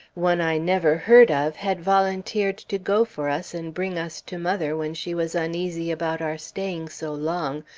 one i never heard of had volunteered to go for us, and bring us to mother, when she was uneasy about our staying so long,